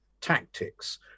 tactics